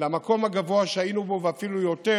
למקום הגבוה שהיינו בו ואפילו יותר,